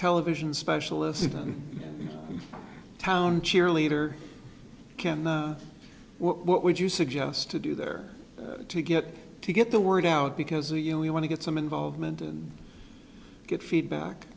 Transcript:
television specialist town cheerleader can what would you suggest to do there to get to get the word out because you know you want to get some involvement and get feedback